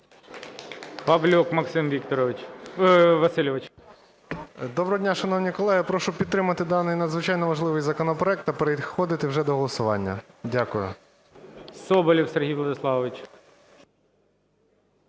Доброго дня, шановні колеги! Прошу підтримати даний надзвичайно важливий законопроект та переходити вже до голосування. Дякую. ГОЛОВУЮЧИЙ. Соболєв Сергій Владиславович.